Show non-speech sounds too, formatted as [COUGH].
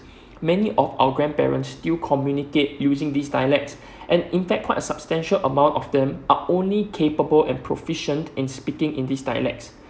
[BREATH] many of our grandparents still communicate using this dialects [BREATH] and in fact quite a substantial among of them are only capable and proficient in speaking in these dialects